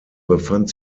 befand